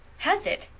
has it?